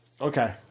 Okay